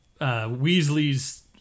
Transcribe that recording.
Weasley's